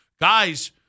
guys